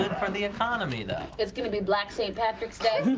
for the economy, though. it's going to be black saint patrick's day.